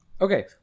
Okay